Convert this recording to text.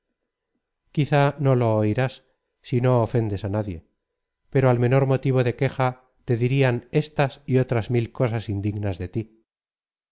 quizá no lo dirás si no ofendes á nadie pero al menor motivo de queja te dirían estas y otras mil cosas indignas de tí